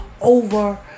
over